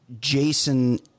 Jason